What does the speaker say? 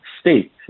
state